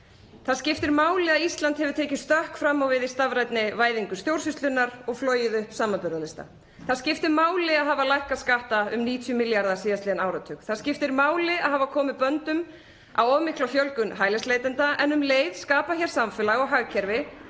Það skiptir máli að Ísland hefur tekið stökk fram á við í stafrænni væðingu stjórnsýslunnar og flogið upp samanburðarlista. Það skiptir máli að hafa lækkað skatta um 90 milljarða síðastliðinn áratug. Það skiptir máli að hafa komið böndum á of mikla fjölgun hælisleitenda, en um leið skapað hér samfélag og hagkerfi